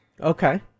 Okay